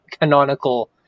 canonical